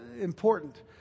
important